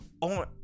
on